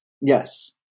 Yes